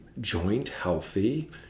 joint-healthy